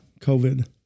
COVID